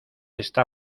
está